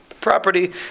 property